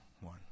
one